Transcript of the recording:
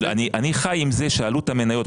אני חי עם זה שעלות המניות,